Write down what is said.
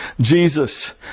Jesus